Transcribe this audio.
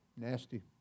Nasty